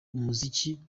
umuziki